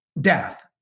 death